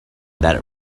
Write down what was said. that